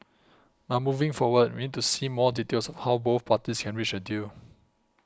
but moving forward we need to see more details how both parties can reach a deal